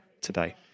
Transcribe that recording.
today